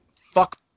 fuck